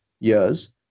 years